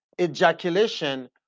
ejaculation